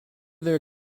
their